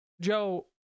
Joe